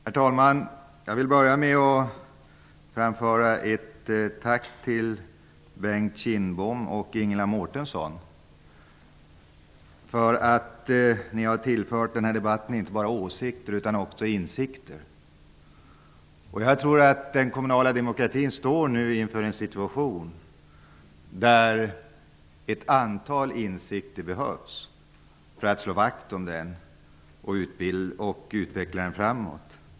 Herr talman! Jag vill börja med att framföra ett tack till Bengt Kindbom och Ingela Mårtensson. Ni har tillfört den här debatten inte bara åsikter utan också insikter. Jag tror att den kommunala demokratin nu står inför en situation där ett antal insikter behövs för att slå vakt om den och utveckla den framåt.